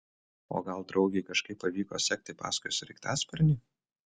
o gal draugei kažkaip pavyko sekti paskui sraigtasparnį